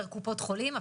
פר קופות החולים,